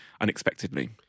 unexpectedly